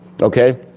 Okay